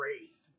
Wraith